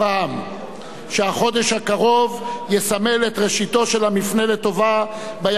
שהחודש הקרוב יסמל את ראשיתו של המפנה לטובה ביחסים בין נוצרים,